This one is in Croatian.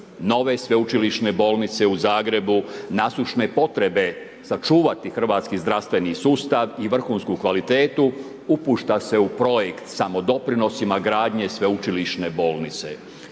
nove sveučilišne bolnice u Zagrebu, nasušne potrebe sačuvati hrvatski zdravstveni sustav i vrhunsku kvalitetu upušta se u projekt samodoprinosima gradnje sveučilišne bolnice.